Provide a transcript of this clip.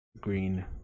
green